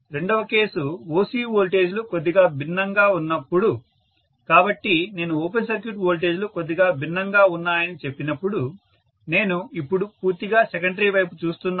రెండవ case OC వోల్టేజీలు కొద్దిగా భిన్నంగా ఉన్నప్పుడు కాబట్టి నేను ఓపెన్ సర్క్యూట్ వోల్టేజీలు కొద్దిగా భిన్నంగా ఉన్నాయని చెప్పినప్పుడు నేను ఇప్పుడు పూర్తిగా సెకండరీ వైపు చూస్తున్నాను